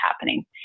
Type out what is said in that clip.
happening